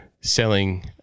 selling